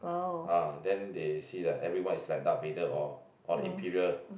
ah then they see like everyone is like Darth-Vader or or the Imperial